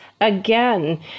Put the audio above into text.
Again